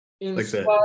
inspired